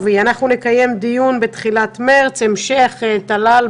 הרחבת שעות ליועצים